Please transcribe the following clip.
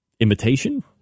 imitation